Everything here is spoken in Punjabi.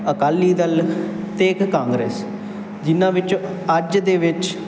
ਅਕਾਲੀ ਦਲ ਅਤੇ ਇੱਕ ਕਾਂਗਰਸ ਜਿਨ੍ਹਾਂ ਵਿੱਚੋਂ ਅੱਜ ਦੇ ਵਿੱਚ